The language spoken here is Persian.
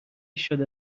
شده